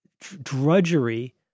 drudgery